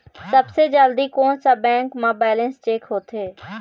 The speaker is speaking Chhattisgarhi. सबसे जल्दी कोन सा बैंक म बैलेंस चेक होथे?